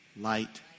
light